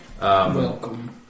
Welcome